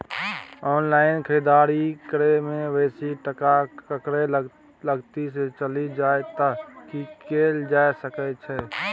Online खरीददारी करै में बेसी टका केकरो गलती से चलि जा त की कैल जा सकै छै?